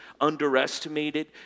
underestimated